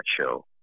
show